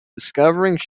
discovering